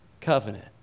covenant